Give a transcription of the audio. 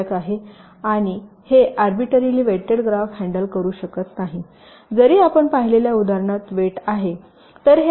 आणि हे arbitrarily weighted graph handle शकत नाही जरी आपण पाहिलेल्या उदाहरणात वेट आहे